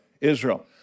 Israel